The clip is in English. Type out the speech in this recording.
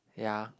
yeah